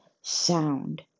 sound